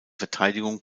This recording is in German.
verteidigung